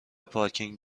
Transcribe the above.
پارکینگ